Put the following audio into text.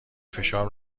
فشار